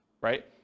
right